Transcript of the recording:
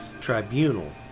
Tribunal